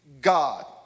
God